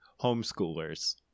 homeschoolers